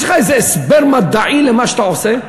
יש לך איזה הסבר מדעי למה שאתה עושה?